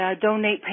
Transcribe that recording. donate